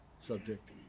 subject